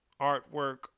artwork